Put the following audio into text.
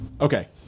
Okay